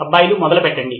అబ్బాయిలు మొదలు పెట్టండి